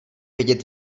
vědět